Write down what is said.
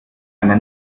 einer